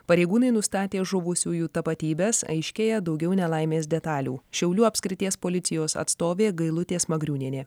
pareigūnai nustatė žuvusiųjų tapatybes aiškėja daugiau nelaimės detalių šiaulių apskrities policijos atstovė gailutė smagriūnienė